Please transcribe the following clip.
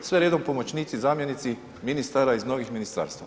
Sve redom pomoćnici, zamjenici ministara iz novih ministarstva.